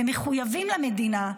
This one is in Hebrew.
הם מחויבים למדינה,